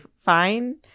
fine